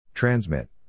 Transmit